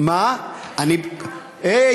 הי,